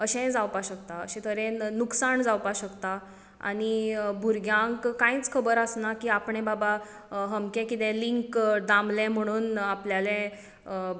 अशेय जावपाक शकता अशें तरेन नूकसाण जावपाक शकता आनी भुरग्यांक कांयच खबर आसना की आपणे बाबा अमकें कितें लिंक दामलें म्हणून आपल्यालें